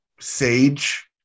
sage